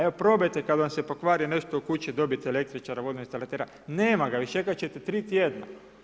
Evo probajte kada vam se pokvari nešto u kući dobiti električara, vodoinstalatera, nema ga i čekati ćete 3 tjedna.